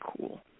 cool